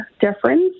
difference